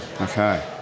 okay